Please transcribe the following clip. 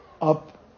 up